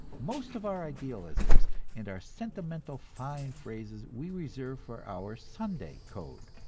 most of our idealisms and our sentimental fine phrases we reserve for our sunday code,